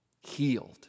healed